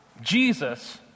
Jesus